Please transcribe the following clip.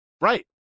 Right